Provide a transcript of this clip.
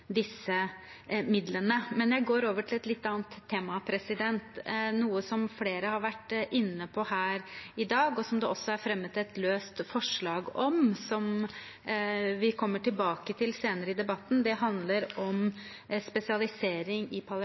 disse midlene. Jeg går over til et litt annet tema. Noe som flere har vært inne på her i dag, og som det også er fremmet et forslag om, som vi kommer tilbake til senere i debatten, handler om spesialisering i